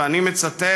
ואני מצטט,